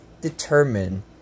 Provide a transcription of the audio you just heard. determine